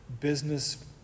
business